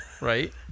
Right